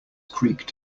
creaked